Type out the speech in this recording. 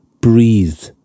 Breathe